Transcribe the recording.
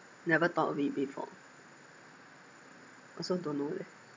never thought of it before also don't know leh